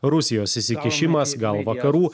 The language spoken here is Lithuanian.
rusijos įsikišimas gal vakarų